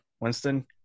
Winston